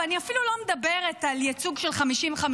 ואני אפילו לא מדברת על ייצוג של 50:50,